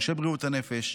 אנשי בריאות הנפש,